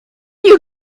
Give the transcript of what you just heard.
you